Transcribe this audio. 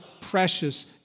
precious